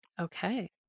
okay